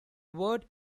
word